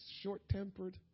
short-tempered